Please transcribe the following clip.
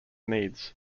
needs